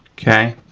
okay,